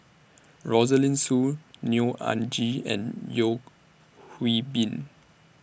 Rosaline Soon Neo Anngee and Yeo Hwee Bin